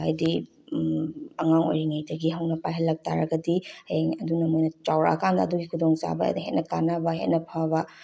ꯍꯥꯏꯗꯤ ꯑꯉꯥꯡ ꯑꯣꯏꯔꯤꯉꯩꯗꯒꯤ ꯍꯧꯅ ꯄꯥꯏꯍꯜꯂꯛ ꯇꯥꯔꯒꯗꯤ ꯍꯌꯦꯡ ꯑꯗꯨꯅ ꯃꯣꯏꯅ ꯆꯥꯎꯔꯛꯑꯀꯥꯟꯗ ꯑꯗꯨꯒꯤ ꯈꯨꯗꯣꯡꯆꯥꯕ ꯑꯗꯒꯤ ꯍꯦꯟꯅ ꯀꯥꯟꯅꯕ ꯍꯦꯟꯅ ꯐꯕ